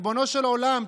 ריבונו של עולם,